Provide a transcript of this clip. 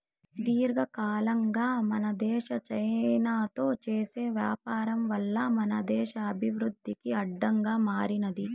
దీర్ఘకాలంగా మన దేశం చైనాతో చేసే వ్యాపారం వల్ల మన దేశ అభివృద్ధికి అడ్డంగా మారినాది